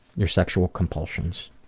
your sexual compulsions.